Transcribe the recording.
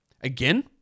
Again